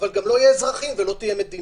אבל גם לא יהיו אזרחים ולא תהיה מדינה.